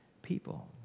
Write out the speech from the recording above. People